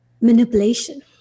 manipulation